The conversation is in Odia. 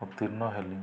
ଉତ୍ତୀର୍ଣ୍ଣ ହେଲି